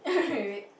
wait wait wait